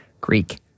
Greek